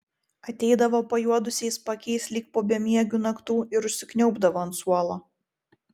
ateidavo pajuodusiais paakiais lyg po bemiegių naktų ir užsikniaubdavo ant suolo